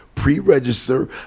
pre-register